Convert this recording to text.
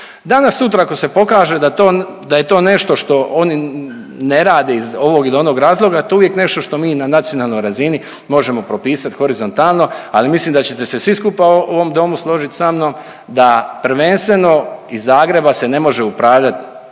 Danas sutra ako se pokaže da to, da je to nešto što oni ne rade iz ovog ili onog razloga, to je uvijek nešto što mi na nacionalnoj razini možemo propisat horizontalno, ali mislim da ćete se svi skupa u ovom domu složit sa mnom da prvenstveno iz Zagreba se ne može upravljat